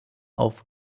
auf